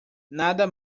nada